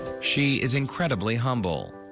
she is incredibly humble.